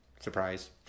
surprise